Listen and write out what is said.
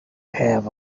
have